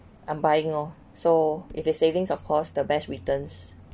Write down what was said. I'm buying oh so if it savings of course the best returns